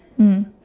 mm